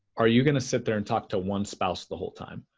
are you going to sit there and talk to one spouse the whole time?